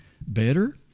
better